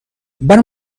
برای